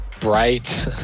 bright